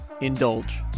Indulge